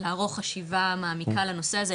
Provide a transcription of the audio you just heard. לערוך חשיבה מעמיקה לנושא הזה,